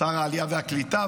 שר העלייה והקליטה,